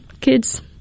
kids